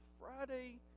Friday